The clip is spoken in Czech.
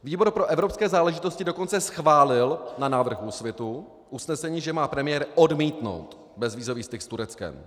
Výbor pro evropské záležitosti dokonce schválil na návrh Úsvitu usnesení, že má premiér odmítnout bezvízový styk s Tureckem.